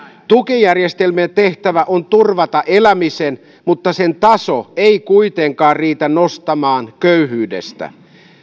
tukijärjestelmien tehtävä on turvata eläminen mutta niiden taso ei kuitenkaan riitä nostamaan köyhyydestä